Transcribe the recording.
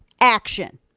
action